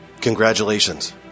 Congratulations